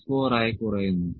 64 ആയി കുറയുന്നു